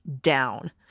down